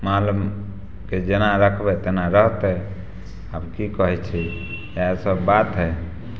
मालके जेना रखबै तेना रहतै आब कि कहै छी इएहसब बात हइ